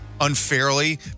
unfairly